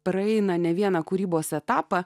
praeina ne vieną kūrybos etapą